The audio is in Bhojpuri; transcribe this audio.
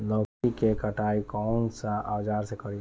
लौकी के कटाई कौन सा औजार से करी?